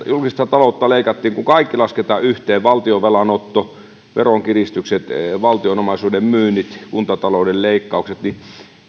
julkista taloutta leikattiin niin kun kaikki lasketaan yhteen valtionvelan otto veronkiristykset valtion omaisuuden myynnit kuntatalouden leikkaukset niin